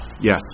Yes